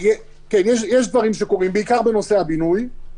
כן, יש דברים שקורים, בעיקר בנושא הבינוי.